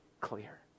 clear